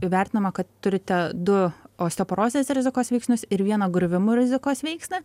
įvertinama kad turite du osteoporozės rizikos veiksnius ir vieną griuvimo rizikos veiksnį